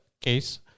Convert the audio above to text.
case